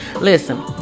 Listen